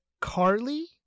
Carly